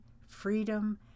freedom